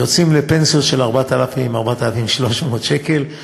יוצאים עם פנסיות של 4,000, 4,300 שקל.